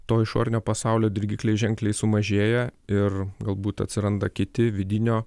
to išorinio pasaulio dirgikliai ženkliai sumažėja ir galbūt atsiranda kiti vidinio